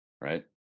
right